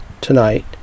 tonight